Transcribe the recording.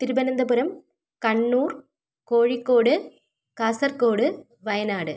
Thiruvananthapuram Kannur Kozhikode Kasaragod Wayanad